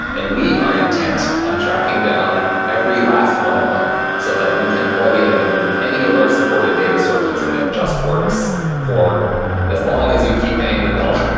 and we are intent on tracking down every last one of them so that you can plug in any of our supported data sources and it just works for as long as you keep paying the bill.